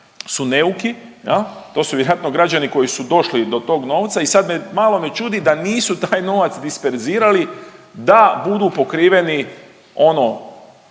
su neuki jel, to su vjerojatno građani koji su došli do tog novca i sad me, malo me čudi da nisu taj novac disperzirali da budu pokriveni ono